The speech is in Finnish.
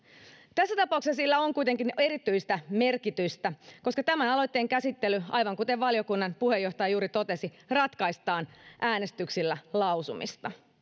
tässä tapauksessa sillä on kuitenkin erityistä merkitystä koska tämän aloitteen käsittely aivan kuten valiokunnan puheenjohtaja juuri totesi ratkaistaan äänestyksillä lausumista